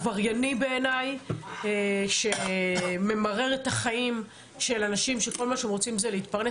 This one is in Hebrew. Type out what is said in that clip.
עברייני בעיניי שממרר את החיים של אנשים שכל מה שהם רוצים זה להתפרנס.